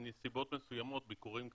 שבנסיבות מסוימות של ביקורים קצרים,